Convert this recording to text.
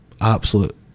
absolute